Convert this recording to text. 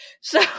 So-